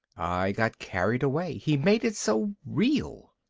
i got carried away, he made it so real.